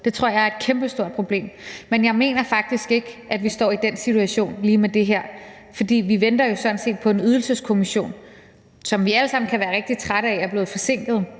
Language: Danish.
det tror jeg er et kæmpestort problem – men jeg mener faktisk ikke, vi står i den situation med lige det her. For vi venter sådan set på en Ydelseskommission, som vi alle sammen kan være rigtig trætte af er blevet forsinket.